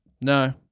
No